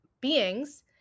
beings